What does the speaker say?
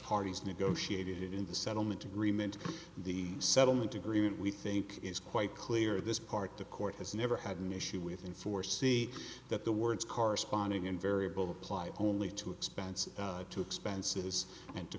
parties negotiated in the settlement agreement the settlement agreement we think is quite clear this part the court has never had an issue with in four see that the words corresponding invariable apply only to expenses to expenses and to